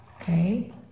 Okay